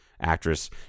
actress